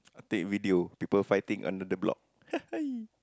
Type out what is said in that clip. I take video people fighting under the block